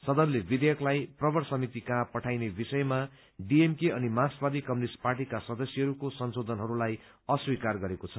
सदनले विधेयकलाई प्रवर समिति कहाँ पठाउने विषयमा डीएमके अनि मार्क्सवादी कम्युनिष्ट पार्टीका सदस्यहरूको संशोधनहरूलाई अस्वीकार गरेको छ